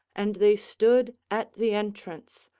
and they stood at the entrance,